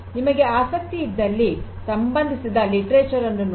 ನಿಮಗೆ ಆಸಕ್ತಿ ಇದ್ದಲ್ಲಿ ಇದಕ್ಕೆ ಸಂಬಂಧಿಸಿದ ಸಾಹಿತ್ಯವನ್ನು ನೋಡಿ